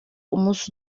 umunsi